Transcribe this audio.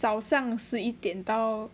早上十一点到